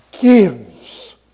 gives